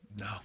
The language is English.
no